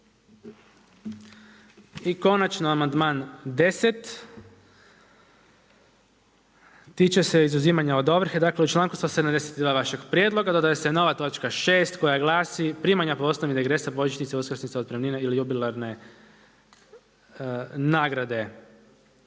I konačno amandman 10, tiče se izuzimanja od ovrhe, dakle u članku sa 172. vašeg prijedloga dodaje se nova točka 6. koja glasi, primanja po osnovi regresa, božićnica, uskrsnica, otpremnine ili jubilarne nagrade